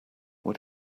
what